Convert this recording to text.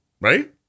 right